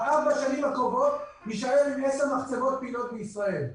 בארבע השנים הקרובות נישאר עם עשר מחצבות פעילות בישראל.